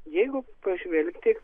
jeigu pažvelgti